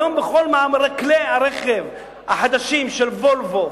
היום בכל כלי הרכב החדשים של "וולבו",